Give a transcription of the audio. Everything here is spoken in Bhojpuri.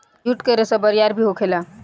जुट के रेसा बरियार भी होखेला